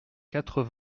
quatre